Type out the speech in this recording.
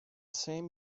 same